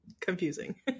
confusing